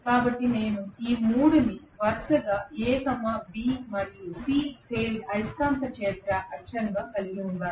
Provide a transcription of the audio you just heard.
కాబట్టి నేను ఈ 3 ని వరుసగా A B మరియు C ఫేజ్ అయస్కాంత క్షేత్ర అక్షంగా కలిగి ఉన్నాను